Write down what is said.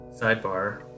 sidebar